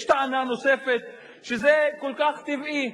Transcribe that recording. יש טענה, אדוני היושב-ראש,